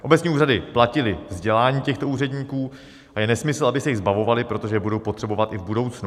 Obecní úřady platily vzdělání těchto úředníků a je nesmysl, aby se jich zbavovali, protože je budou potřebovat i v budoucnu.